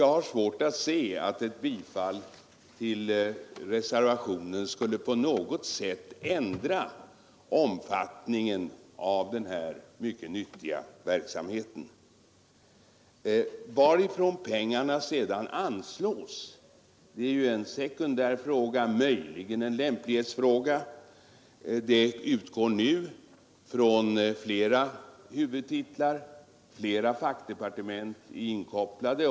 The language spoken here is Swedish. Jag har svårt att se att ett bifall till reservationen skulle på något sätt ändra omfattningen av denna mycket viktiga verksamhet. Varifrån pengarna sedan anslås är ju en sekundär fråga, möjligen en lämplighetsfråga. Medlen utgår nu från flera huvudtitlar, och flera fackdepartement är inkopplade.